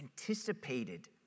anticipated